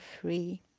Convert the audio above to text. free